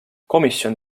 komisjon